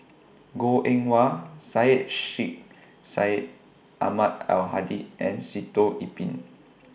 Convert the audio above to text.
Goh Eng Wah Syed Sheikh Syed Ahmad Al Hadi and Sitoh Yih Pin